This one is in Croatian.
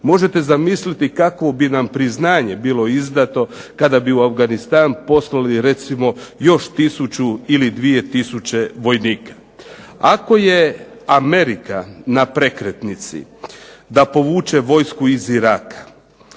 Možete zamisliti kakvo bi nam priznanje bilo izdato kada bi u Afganistan poslali još 1000 ili 2000 vojnika. Ako je Amerika na prekretnici da povuče vojsku iz Iraka,